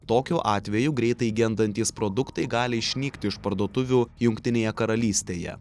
tokiu atveju greitai gendantys produktai gali išnykti iš parduotuvių jungtinėje karalystėje